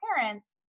parents